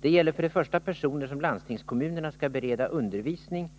Det gäller för det första personer som landstingskommunerna skall bereda undervisning